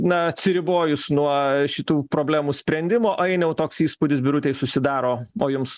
na atsiribojus nuo šitų problemų sprendimo ainiau toks įspūdis birutei susidaro o jums